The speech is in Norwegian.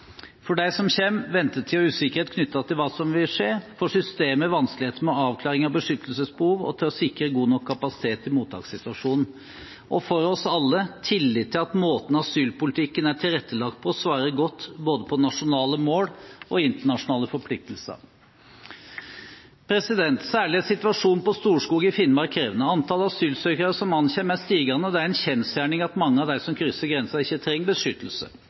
for dem som kommer: ventetid og usikkerhet knyttet til hva som vil skje, for systemet: vanskeligheter med avklaring av beskyttelsesbehov og med å sikre god nok kapasitet i mottakssituasjonen, og for oss alle: tillit til at måten asylpolitikken er tilrettelagt på, svarer godt til både nasjonale mål og internasjonale forpliktelser. Særlig er situasjonen på Storskog i Finnmark krevende. Antall asylsøkere som ankommer, er stigende, og det er en kjensgjerning at mange av dem som krysser grensen, ikke trenger beskyttelse.